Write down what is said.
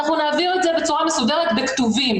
אנחנו נעביר את זה בצורה מסודרת בכתובים.